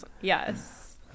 Yes